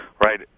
Right